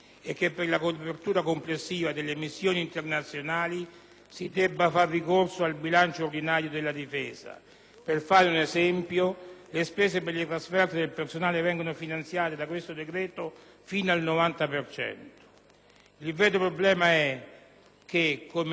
Per fare un esempio, le spese per le trasferte del personale vengono finanziate da questo decreto legge fino al 90 per cento. Il vero problema è che, come ci è stato ricordato dai vertici delle nostre Forze armate nel corso delle audizioni, se abbiamo 8.500 unità